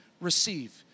receive